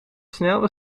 snelweg